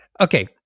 Okay